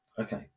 Okay